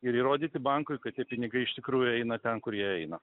ir įrodyti bankui kad tie pinigai iš tikrųjų eina ten kur jie eina